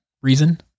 reason